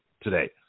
today